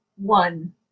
One